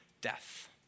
death